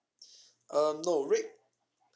um no red